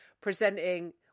presenting